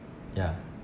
yeah